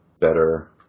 better